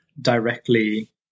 directly